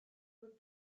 would